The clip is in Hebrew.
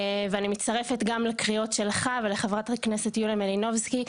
ואני מצטרפת גם לקריאות שלך ושל חברת הכנסת מלינובסקי,